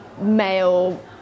male